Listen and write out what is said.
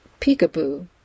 Peekaboo